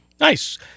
Nice